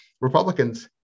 republicans